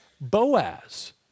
Boaz